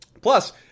Plus